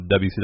WCW